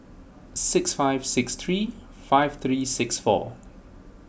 six five six three five three six four